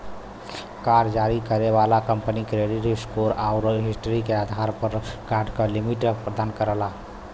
card जारी करे वाला कंपनी क्रेडिट स्कोर आउर हिस्ट्री के आधार पर कार्ड क लिमिट प्रदान करला